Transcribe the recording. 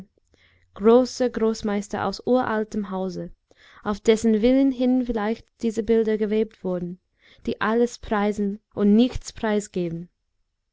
großer großmeister aus uraltem hause auf dessen willen hin vielleicht diese bilder gewebt wurden die alles preisen und nichts preisgeben